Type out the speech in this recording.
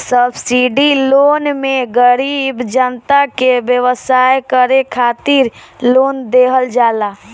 subsidy loan मे गरीब जनता के व्यवसाय करे खातिर लोन देहल जाला